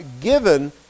given